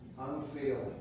Unfailing